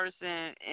person